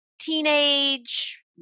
teenage